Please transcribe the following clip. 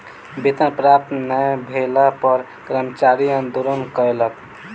वेतन प्राप्त नै भेला पर कर्मचारी आंदोलन कयलक